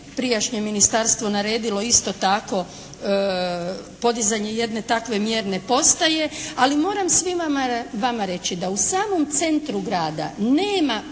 prijašnje Ministarstvo naredilo isto tako podizanje jedne takve mjerne postaje. Ali moram svima vama reći da u samom centru grada nema